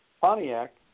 Pontiac